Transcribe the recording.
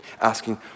asking